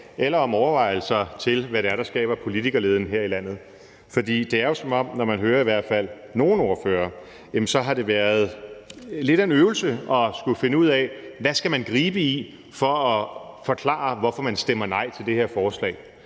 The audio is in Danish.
eller om overvejelser over, hvad det er, der skaber politikerleden her i landet. For det er jo, i hvert fald når man hører nogle ordførere, som om det har været lidt af en øvelse at skulle finde ud af, hvad man skal gribe i for at forklare, hvorfor man stemmer nej til det her forslag.